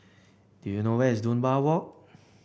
do you know where's Dunbar Walk